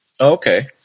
Okay